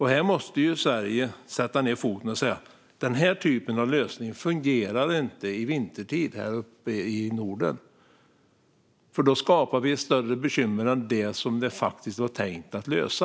Här måste Sverige sätta ned foten och säga: Den här typen av lösning fungerar inte vintertid häruppe i Norden. Då skapar vi större bekymmer än det som det var tänkt att lösa.